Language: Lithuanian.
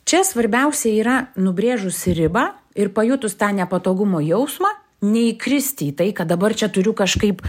čia svarbiausia yra nubrėžus ribą ir pajutus tą nepatogumo jausmą neįkristi į tai kad dabar čia turiu kažkaip